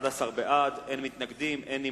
11 בעד, אין מתנגדים, אין נמנעים.